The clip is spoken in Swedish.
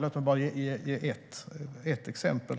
Låt mig bara ge ett exempel.